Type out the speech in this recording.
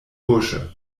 bursche